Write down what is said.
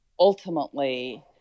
Ultimately